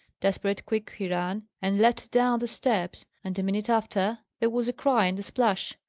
desperate quick he ran, and leapt down the steps and, a minute after, there was a cry and a splash,